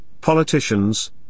politicians